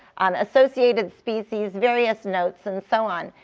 associated species, various notes, and so on.